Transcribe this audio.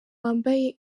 wambaye